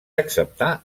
acceptar